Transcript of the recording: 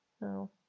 No